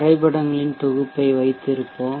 வரைபடங்களின் தொகுப்பை வைத்திருப்போம்